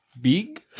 Big